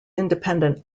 independent